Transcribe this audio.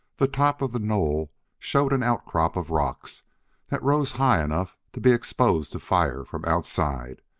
the top of the knoll showed an outcrop of rocks that rose high enough to be exposed to fire from outside,